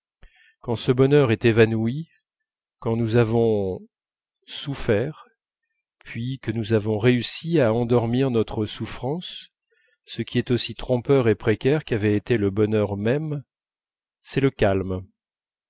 quand ce bonheur est évanoui quand nous avons souffert puis que nous avons réussi à endormir notre souffrance ce qui est aussi trompeur et précaire qu'avait été le bonheur même c'est le calme